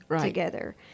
together